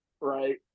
right